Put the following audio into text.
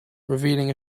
revealing